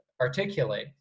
articulate